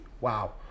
Wow